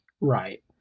Right